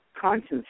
conscience